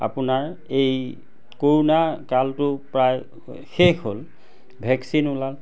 আপোনাৰ এই কৰোণা কালটো প্ৰায় শেষ হ'ল ভেকচিন ওলাল